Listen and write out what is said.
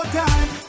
time